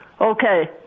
okay